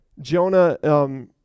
Jonah